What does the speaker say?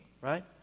right